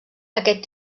aquest